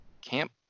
camp